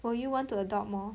will you want to adopt more